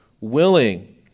willing